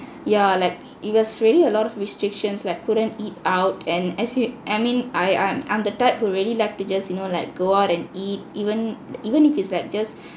yeah like it was really a lot of restrictions like couldn't eat out and as you I mean I I'm I'm the type who really like you know like go out and eat even even if it's like just